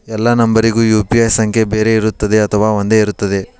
ಎಲ್ಲಾ ನಂಬರಿಗೂ ಯು.ಪಿ.ಐ ಸಂಖ್ಯೆ ಬೇರೆ ಇರುತ್ತದೆ ಅಥವಾ ಒಂದೇ ಇರುತ್ತದೆ?